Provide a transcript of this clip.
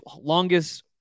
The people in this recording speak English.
longest